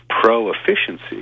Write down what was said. pro-efficiency